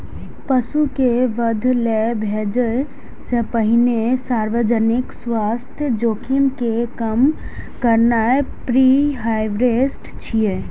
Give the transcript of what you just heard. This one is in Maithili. पशु कें वध लेल भेजै सं पहिने सार्वजनिक स्वास्थ्य जोखिम कें कम करनाय प्रीहार्वेस्ट छियै